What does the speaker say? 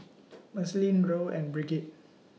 Marceline Roe and Brigid